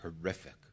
horrific